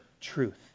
truth